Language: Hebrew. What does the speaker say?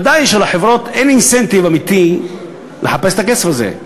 ודאי שלחברות אין אינסנטיב אמיתי לחפש את הכסף הזה.